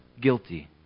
guilty